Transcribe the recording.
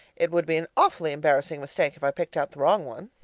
it would be an awfully embarrassing mistake if i picked out the wrong one.